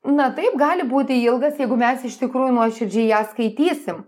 na taip gali būti ilgas jeigu mes iš tikrųjų nuoširdžiai ją skaitysim